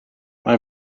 mae